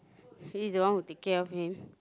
he the one who take care of him